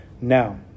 now